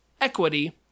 equity